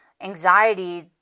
anxiety